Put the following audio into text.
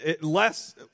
less